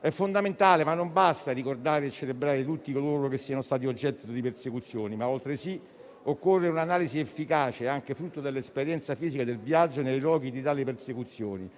È fondamentale, ma non basta, ricordare e celebrare tutti coloro che sono stati oggetto di persecuzioni. Occorre altresì un'analisi efficace, anche frutto dell'esperienza fisica del viaggio nei luoghi di tali persecuzioni,